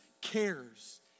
cares